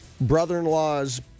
brother-in-law's